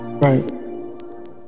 Right